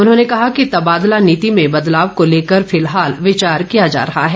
उन्होंने कहा कि तबादला नीति में बदलाव को लेकर फिलहाल विचार किया जा रहा है